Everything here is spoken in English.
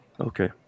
Okay